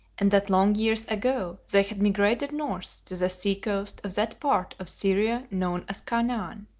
and that long years ago they had migrated north to the seacoast of that part of syria known as canaan.